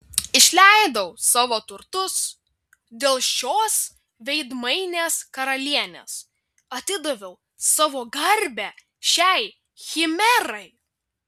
išleidau savo turtus dėl šios veidmainės karalienės atidaviau savo garbę šiai chimerai